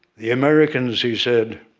the americans, he said,